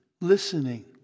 Listening